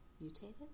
mutated